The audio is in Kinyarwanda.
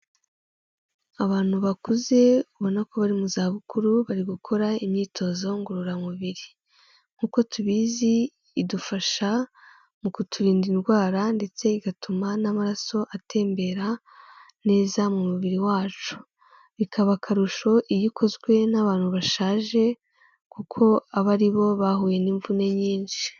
Abantu bakuze ubona ko bari mu zabukuru bari gukora imyitozo ngororamubiri, nk'uko tubizi idufasha mu kuturinda indwara ndetse igatuma n'amaraso atembera neza mu mubiri wacu, bikaba akarusho iyo ikozwe n'abantu bashaje kuko aba ari bo bahuye n'imvune nyinshi.